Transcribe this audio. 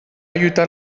lluitar